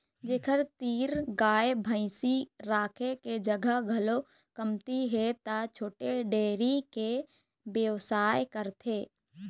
जेखर तीर गाय भइसी राखे के जघा घलोक कमती हे त छोटे डेयरी के बेवसाय करथे